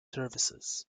services